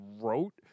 wrote